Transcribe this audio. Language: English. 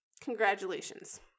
Congratulations